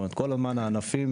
הענפים